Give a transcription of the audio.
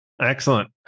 Excellent